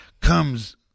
comes